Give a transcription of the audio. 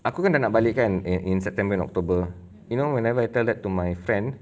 aku kan nak balik kan in in september and october you know whenever I tell that to my friend